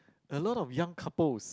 a lot of young couples